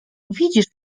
widzisz